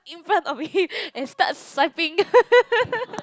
in front of him and start swiping